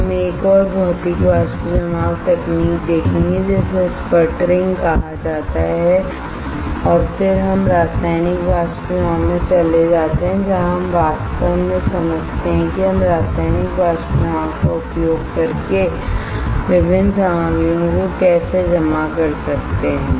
हम एक और भौतिक वाष्प जमाव तकनीक देखेंगे जिसे स्पटरिंग कहा जाता है और फिर हम रासायनिक वाष्प जमाव में चले जाते हैं जहां हम वास्तव में समझते हैं कि हम रासायनिक वाष्प जमाव का उपयोग करके विभिन्न सामग्रियों को कैसे जमा कर सकते हैं